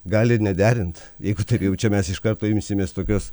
gali ir nederint jeigu taip jau čia mes iš karto imsimės tokios